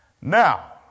Now